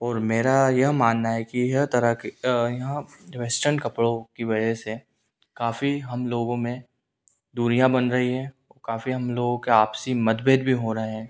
और मेरा यह मानना है कि यह तरह के यह वेस्टर्न कपड़ों की वजह से काफ़ी हम लोगों में दूरियाँ बन रही हैं काफ़ी हम लोग के आपसी मतभेद भी हो रहे हैं